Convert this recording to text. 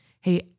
Hey